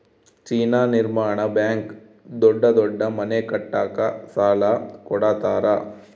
China ನಿರ್ಮಾಣ bank ದೊಡ್ಡ ದೊಡ್ಡ ಮನೆ ಕಟ್ಟಕ ಸಾಲ ಕೋಡತರಾ